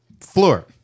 floor